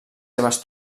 seves